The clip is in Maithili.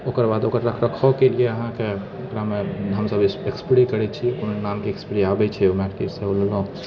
ओकर बाद ओकर रख रखावके लिए अहाँकेँ ओकरामे हम सभ स्प्रे करैत छियै कोनो नामके स्प्रे आबैत छै ओ मार्केटसँ अनलहुँ